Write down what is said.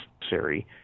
necessary